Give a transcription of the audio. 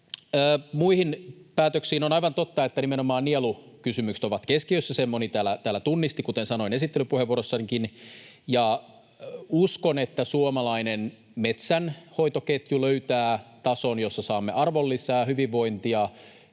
muihin päätöksiin, on aivan totta, että nimenomaan nielukysymykset ovat keskiössä — sen moni täällä tunnisti, kuten sanoin esittelypuheenvuorossanikin. Uskon, että suomalainen metsänhoitoketju löytää tason, jossa saamme arvonlisää, hyvinvointia